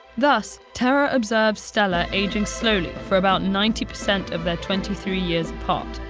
thus, terra observes stella aging slowly for about ninety percent of their twenty three years apart,